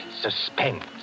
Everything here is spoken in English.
suspense